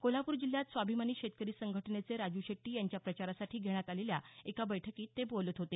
कोल्हापूर जिल्ह्यात स्वाभिमानी शेतकरी संघटनेचे राजू शेट्टी यांच्या प्रचारासाठी घेण्यात आलेल्या एका बैठकीत ते बोलत होते